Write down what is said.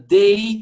day